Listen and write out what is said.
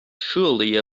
surely